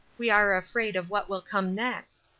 we are afraid of what will come next.